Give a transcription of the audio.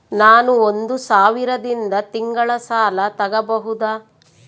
ನಾನು ಒಂದು ಸಾವಿರದಿಂದ ತಿಂಗಳ ಸಾಲ ತಗಬಹುದಾ?